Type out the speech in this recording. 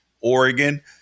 oregon